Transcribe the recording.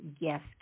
gift